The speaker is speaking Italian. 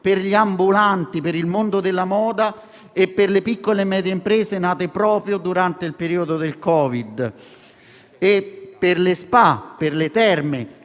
per gli ambulanti, per il mondo della moda, per le piccole e medie imprese nate proprio durante il periodo del Covid-19; per le spa, per le terme,